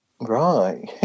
right